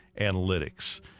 analytics